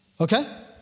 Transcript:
okay